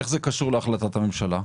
איך זה קשור להחלטת הממשלה?